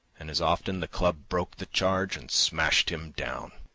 and as often the club broke the charge and smashed him down.